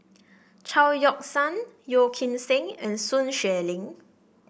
Chao Yoke San Yeo Kim Seng and Sun Xueling